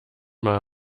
mal